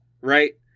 right